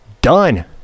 done